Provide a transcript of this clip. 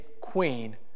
queen